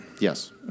Yes